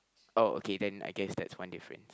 oh okay then I guess that's one different